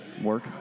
Work